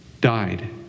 died